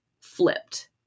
flipped